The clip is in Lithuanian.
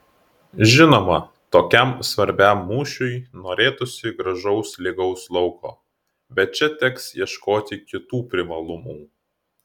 žinoma tokiam svarbiam mūšiui norėtųsi gražaus lygaus lauko bet čia teks ieškoti kitų privalumų